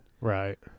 Right